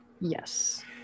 Yes